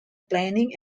planning